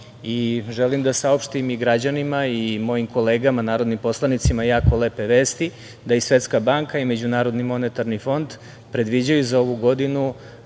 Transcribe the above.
i želim da saopštim građanima i mojim kolegama narodnim poslanicima jako lepe vesti, da i Svetska banka i Međunarodni monetarni fond, predviđaju za ovu godinu